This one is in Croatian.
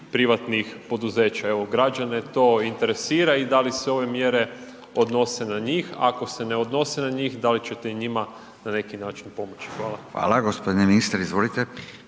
privatnih poduzeća. Evo građane to interesira i da li se ove mjere odnose na njih, ako se ne odnose da li ćete i njima na neki način pomoći. Hvala. **Radin, Furio